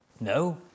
No